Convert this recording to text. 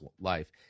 Life